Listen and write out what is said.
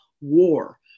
war